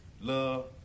love